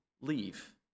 leave